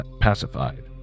pacified